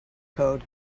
code